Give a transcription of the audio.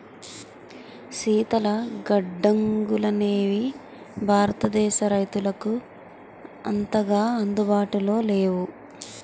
శీతల గడ్డంగులనేవి భారతదేశ రైతులకు అంతగా అందుబాటులో లేవు